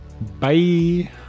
bye